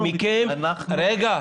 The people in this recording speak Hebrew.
רגע,